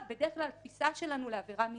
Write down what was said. בדרך כלל ככה התפיסה שלנו לעבירה מינהלית.